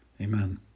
Amen